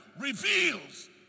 reveals